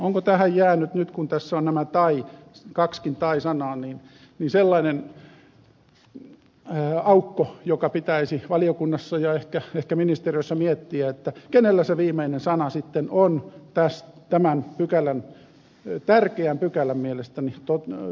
onko tähän jäänyt nyt kun tässä ovat nämä kaksikin tai sanaa sellainen aukko joka pitäisi valiokunnassa ja ehkä ministeriössä miettiä kenellä se viimeinen sana sitten on tämän mielestäni tärkeän pykälän soveltamisessa